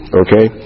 okay